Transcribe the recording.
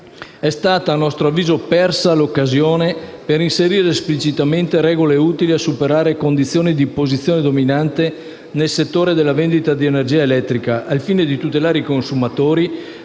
persa - a nostro avviso - l'occasione per inserire esplicitamente regole utili a superare condizioni di posizione dominante nel settore della vendita di energia elettrica al fine di tutelare i consumatori